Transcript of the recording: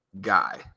guy